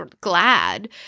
glad